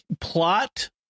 plot